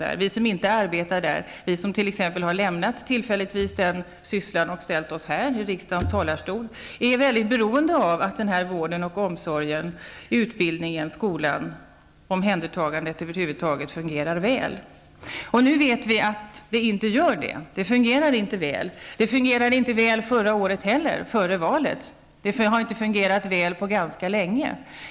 De kvinnor som inte arbetar där -- t.ex. vi som tillfälligt har lämnat vår syssla och ställt oss här i riksdagens talarstol -- är väldigt beroende av att vård, omsorg, utbildning och omhändertagande över huvud taget fungerar väl. Vi vet nu att det inte fungerar väl, och det gjorde det inte heller förra året, före valet. Det har inte fungerat väl på ganska länge.